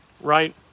right